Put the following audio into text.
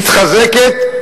מתחזקת.